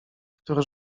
który